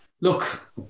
Look